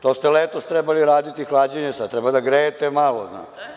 To ste letos trebali raditi hlađenje, sad treba da grejete malo.